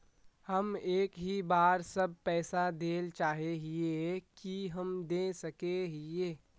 हम एक ही बार सब पैसा देल चाहे हिये की हम दे सके हीये?